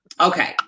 Okay